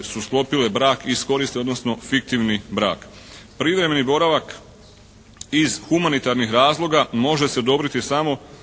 su sklopile brak iz koristi, odnosno fiktivni brak. Privremeni boravak iz humanitarnih razloga može se odobriti samo